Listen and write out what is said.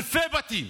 אלפי בתים.